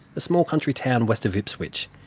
a small country town west of ipswich,